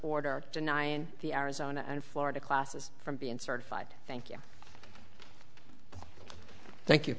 order denying the arizona and florida classes from being certified thank you thank you